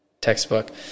textbook